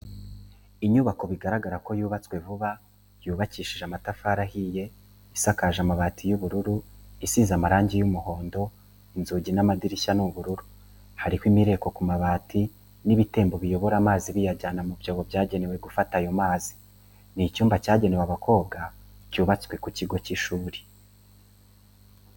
Inyubako bigaragara ko yubatswe vuba, yubakishije amatafari ahiye, isakaje amabati y'ubururu, isize amarangi y'umuhondo, inzugi n'amadirishya ni ubururu, hariho imireko ku mabati n'ibitembo biyobora amazi biyajyana mu byobo byagenewe gufata ayo mazi. Ni icyumba cyagenewe abakobwa cyubatswe mu kigo cy'ishuri.